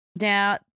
Now